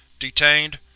detained,